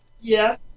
Yes